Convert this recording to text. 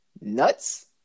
nuts